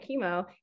chemo